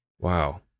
Wow